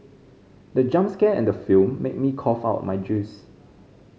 the jump scare in the film made me cough out my juice